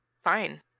Fine